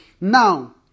now